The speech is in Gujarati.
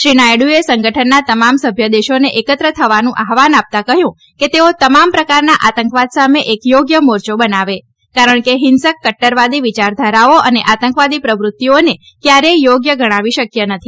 શ્રી નાથડુએ સંગઠનના તમામ સભ્ય દેશોને એકત્ર થવાનુ આહવાન આપતા કહયું કે તેઓ તમામ પ્રકારના આતંકવાદ સામે એક થોગ્ય મોર્ચો બનાવે કારણ કે હિંસક કટરવાદી વિયારધારાઓ અને આતંકવાદી પ્રવતિઓને કથારેય યોગ્ય ગણવી શકય નથી